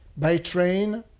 by train.